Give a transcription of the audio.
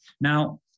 Now